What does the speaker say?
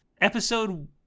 Episode